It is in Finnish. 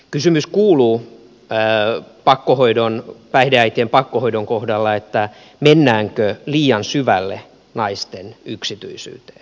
kysymys kuuluu päihdeäitien pakkohoidon kohdalla mennäänkö liian syvälle naisten yksityisyyteen